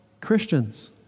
Christians